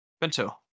Bento